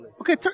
okay